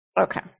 Okay